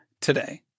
today